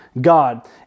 God